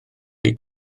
chi